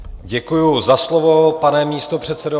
Děkuji za slovo, pane místopředsedo.